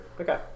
Okay